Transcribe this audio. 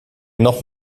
noch